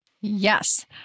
Yes